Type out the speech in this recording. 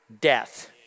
death